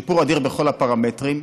שיפור אדיר בכל הפרמטרים.